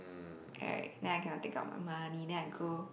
right then I cannot take out my money then I grow